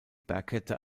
bergkette